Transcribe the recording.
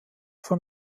von